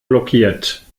blockiert